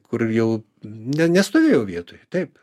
kur jau ne nestovėjau vietoj taip